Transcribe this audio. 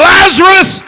Lazarus